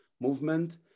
movement